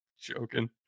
Joking